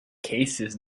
cases